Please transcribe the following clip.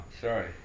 sorry